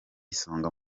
isonga